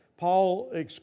Paul